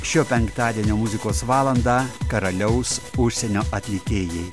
šio penktadienio muzikos valandą karaliaus užsienio atlikėjai